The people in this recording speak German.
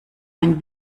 ein